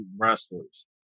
wrestlers